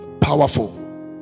Powerful